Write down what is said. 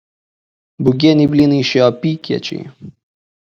būgienei blynai išėjo apykiečiai